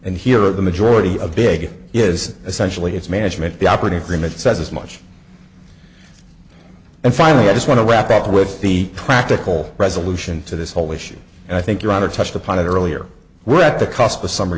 and here of the majority of big is essentially its management the operating agreement says as much and finally i just want to wrap up with the practical resolution to this whole issue and i think your honor touched upon it earlier we're at the cusp of summ